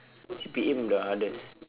C_P_A the hardest